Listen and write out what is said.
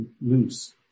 loose